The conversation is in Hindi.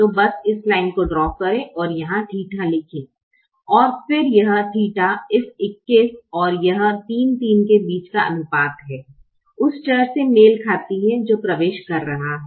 तो बस इस लाइन को ड्रा करें और यहां Ɵ लिखें और फिर यह Ɵ इस 21 और यह 3 3 के बीच का अनुपात है उस चर से मेल खाती है जो प्रवेश कर रहा है